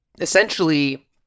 essentially